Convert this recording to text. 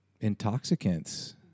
intoxicants